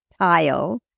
tile